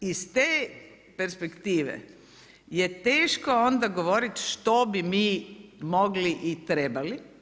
iz te perspektive je teško onda govoriti što bi mi mogli i trebali.